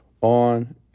on